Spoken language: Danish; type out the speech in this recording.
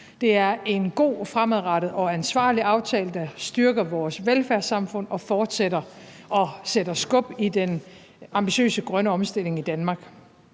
Det er en god, ansvarlig og fremadrettet aftale, der styrker vores velfærdssamfund, og som fortsætter og sætter skub i den grønne omstilling i Danmark.